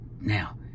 Now